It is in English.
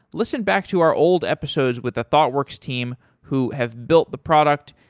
listen back to our old episodes with the thoughtworks team who have built the product.